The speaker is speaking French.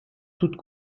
toutes